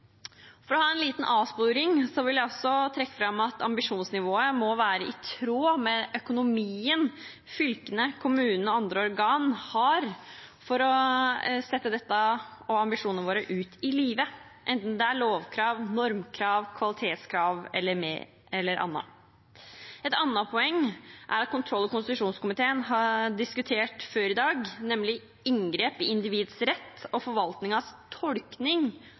For å ta en liten avsporing vil jeg også trekke fram at ambisjonsnivået må være i tråd med økonomien fylkene, kommunene og andre organ har, for å sette ambisjonene våre ut i livet, enten det er lovkrav, normkrav, kvalitetskrav eller annet. Et annet poeng er det kontroll- og konstitusjonskomiteen har diskutert før i dag, nemlig inngrep i individets rett og forvaltningens tolkning